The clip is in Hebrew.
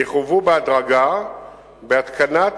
יחויבו בהדרגה בהתקנת